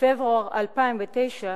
בפברואר 2009,